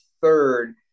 third